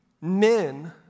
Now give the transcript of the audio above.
men